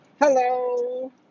Hello